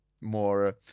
more